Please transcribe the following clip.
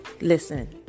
listen